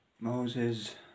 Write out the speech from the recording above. Moses